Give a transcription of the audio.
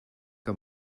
que